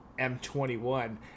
M21